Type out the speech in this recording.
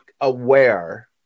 aware